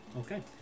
Okay